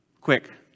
Quick